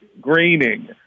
greening